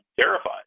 terrified